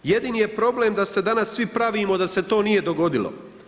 Jedini je problem, da se danas svi pravimo da se to nije dogodilo.